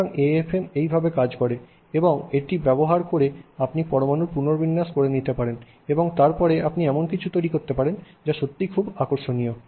সুতরাং AFM এইভাবে কাজ করে এবং এটি ব্যবহার করে আপনি পরমাণুর পুনর্বিন্যাস করে নিতে পারেন এবং তারপরে আপনি এমন কিছু তৈরি করতে পারেন যা আকর্ষণীয়